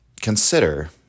consider